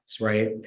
right